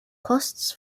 costs